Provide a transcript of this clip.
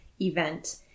event